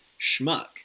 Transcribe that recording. schmuck